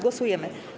Głosujemy.